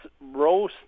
Rose